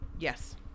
Yes